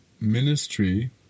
ministry